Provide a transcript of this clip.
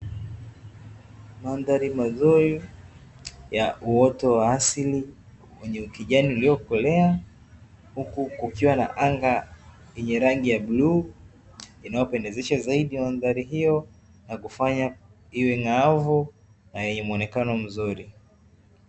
Mandhari mazuri ya uoto wa asili wenye ukijani uliokolea, huku kukiwa na anga lenye rangi ya bluu, linalopendezesha zaidi mandhari hiyo na kufanya iwe ang'aavu na yenye muonekano mzuri.